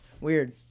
Weird